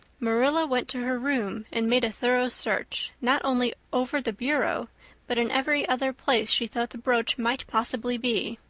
marilla went to her room and made a thorough search, not only over the bureau but in every other place she thought the brooch might possibly be.